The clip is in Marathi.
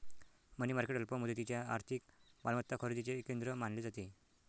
मनी मार्केट अल्प मुदतीच्या आर्थिक मालमत्ता खरेदीचे केंद्र मानले जाते